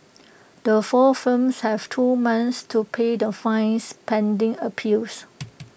the four firms have two months to pay the fines pending appeals